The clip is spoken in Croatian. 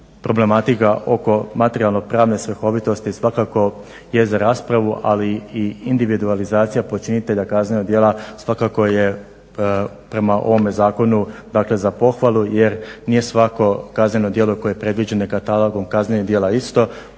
problematika oko materijalno-pravne svrhovitosti svakako je za raspravu, ali i individualizacija počinitelja kaznenog djela svakako je prema ovome Zakonu dakle za pohvalu jer nije svako kazneno djelo koje je predviđeno katalogom kaznenih djela isto